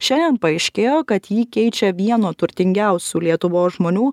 šiandien paaiškėjo kad jį keičia vieno turtingiausių lietuvos žmonių